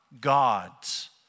God's